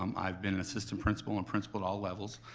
um i've been a system principal and principal at all levels,